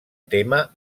tema